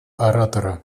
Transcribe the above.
оратора